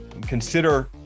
consider